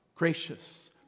Gracious